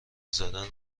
زدن